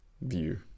view